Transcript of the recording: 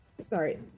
Sorry